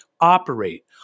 operate